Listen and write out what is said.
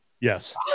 Yes